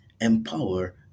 empower